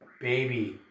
Baby